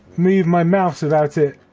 move my mouse without it